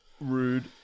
Rude